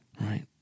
Right